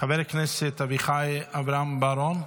חבר הכנסת אביחי אברהם בוארון,